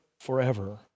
forever